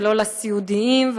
ולא לסיעודיים,